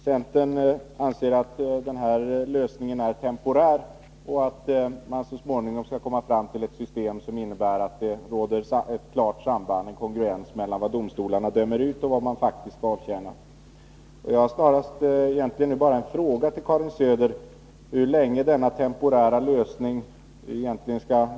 Centern anser att den föreslagna lösningen är temporär och att man så småningom skall komma fram till ett system som innebär att det råder kongruens mellan vad domstolarna dömer ut och vad man faktiskt avtjänar. Jag har nu egentligen bara en fråga till Karin Söder: Hur länge skall denna temporära lösning vara rådande?